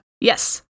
Yes